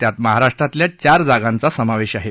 त्यात महाराष्ट्रातल्या चार जागांचा समावेश आहे